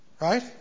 Right